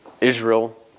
Israel